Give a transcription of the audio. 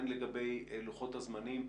הן לגבי לחות הזמנים,